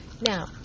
now